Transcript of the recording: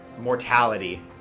mortality